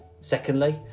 Secondly